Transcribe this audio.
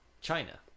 China